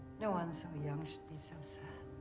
no one so young should be so sad.